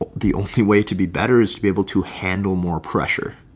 the only way to be better is to be able to handle more pressure.